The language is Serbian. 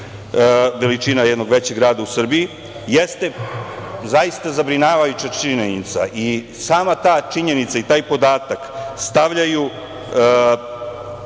veličina jednog većeg grada u Srbiji, jeste zaista zabrinjavajuća činjenica. Sama ta činjenica i taj podatak stavljaju